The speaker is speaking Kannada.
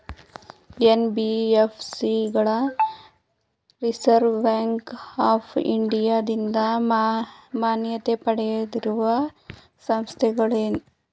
ಎನ್.ಬಿ.ಎಫ್.ಸಿ ಗಳು ರಿಸರ್ವ್ ಬ್ಯಾಂಕ್ ಆಫ್ ಇಂಡಿಯಾದಿಂದ ಮಾನ್ಯತೆ ಪಡೆದಿರುವ ಸಂಸ್ಥೆಗಳೇ?